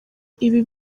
ibi